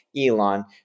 Elon